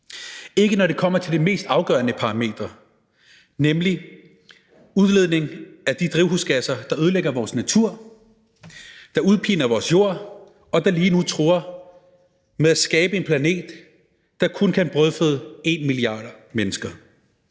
ikke når det kommer til det mest afgørende parameter, nemlig udledning af de drivhusgasser, der ødelægger vores natur, der udpiner vores jord, og der lige nu truer med at skabe en planet, der kun kan brødføde 1 milliard mennesker.